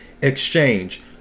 exchange